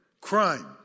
Crime